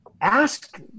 ask